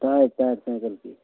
tyre tyre साइकलके